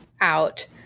out